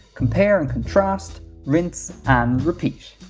compare and contrast, rinse and repeat.